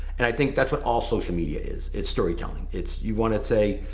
and i think that's what all social media is. it's storytelling. it's you wanna say,